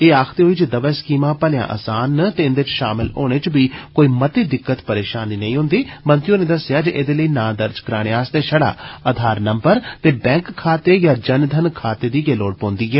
एह आक्खदे होई जे दवै स्कीमां भलेआं असान न ते इन्दे शामल होने च बी कोई मती दिक्कत परेशानी नेई औंदी मंत्री होरें आक्खेआ जे एदे लेई नां दर्ज कराने आस्ते शड़ा आधार नम्बर ते बैंक खाते या जनधन खाते दी गै लोड़ होन्दी ऐ